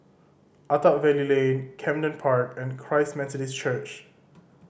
Attap Valley Lane Camden Park and Christ Methodist Church